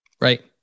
Right